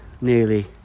nearly